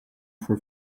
for